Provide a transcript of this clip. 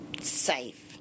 safe